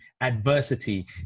adversity